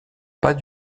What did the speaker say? pas